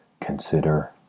Consider